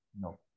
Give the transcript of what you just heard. No